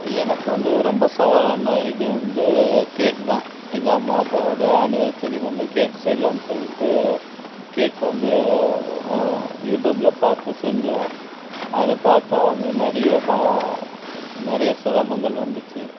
எனக்கு வந்து ரொம்ப சவாலான இது வந்து கேக்குதான் எங்கள் அம்மா அப்பாவோடய ஆனிவர்சரிக்கு வந்து கேக்கு செய்யலான்னு சொல்லிட்டு கேக் வந்து யூடியூபில் பார்த்து செஞ்சோம் அதை பார்த்தா வந்து நிறையா கா நிறைய சிரமங்கள் வந்துச்சு